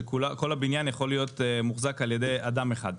כשכל הבניין יכול להיות מוחזק על ידי אדם אחד.